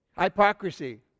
hypocrisy